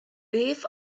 beth